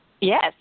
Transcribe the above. Yes